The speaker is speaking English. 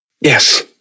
Yes